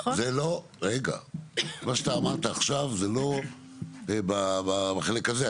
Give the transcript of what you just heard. מה שאתה אמרת עכשיו זה לא בחלק הזה,